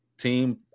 team